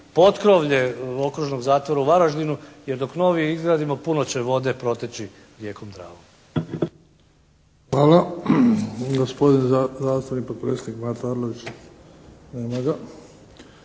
potkrovlje okružnog zatvora u Varaždinu jer dok novi izgradimo puno će vode proteći rijekom Dravom. **Bebić, Luka (HDZ)** Hvala. Gospodin zastupnik, potpredsjednik Mato Arlović.